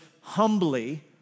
humbly